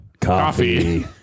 Coffee